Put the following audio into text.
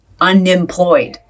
unemployed